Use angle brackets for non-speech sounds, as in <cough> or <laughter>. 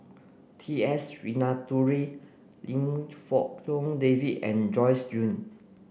T S Sinnathuray Lim <unintelligible> David and Joyce Jue